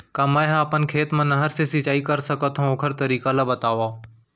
का मै ह अपन खेत मा नहर से सिंचाई कर सकथो, ओखर तरीका ला बतावव?